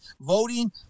Voting